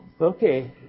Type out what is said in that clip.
Okay